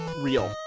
real